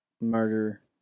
Murder